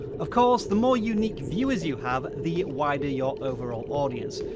of course, the more unique viewers you have, the wider your overall audience.